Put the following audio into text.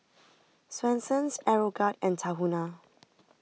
Swensens Aeroguard and Tahuna